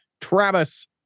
Travis